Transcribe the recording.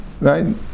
right